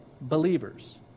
believers